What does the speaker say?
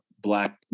Black